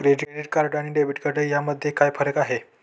Credit card आणि debit card यामध्ये काय फरक आहे?